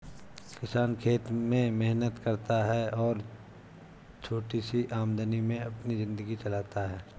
किसान खेत में मेहनत करता है और छोटी सी आमदनी में अपनी जिंदगी चलाता है